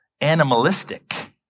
animalistic